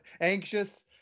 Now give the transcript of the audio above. anxious